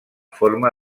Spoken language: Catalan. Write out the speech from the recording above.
forma